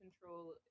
control